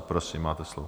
Prosím, máte slovo.